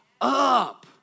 up